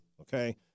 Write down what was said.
okay